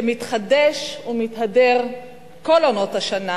שמתחדש ומתהדר כל עונות השנה.